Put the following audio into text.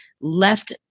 left